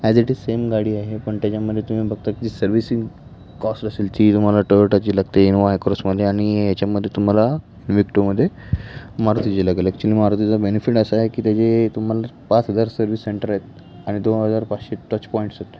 as it is same गाडी आहे पण त्याच्यामध्ये तुम्ही बघता जी सर्विसिंग कॉस्ट असेल ती तुम्हाला टोयोटाची लागते इनोआ आयक्रॉसमध्ये आणि याच्यामध्ये तुम्हाला विक्टोमध्ये मारुतीची लागेल ॲक्चुली मारुतीचा बेनिफिट असा आहे की त्याची तुम्हाला पाच हजार सर्व्हिस सेंटर आहेत आणि दोन हजार पाचशे टच पॉईंट्स आहेत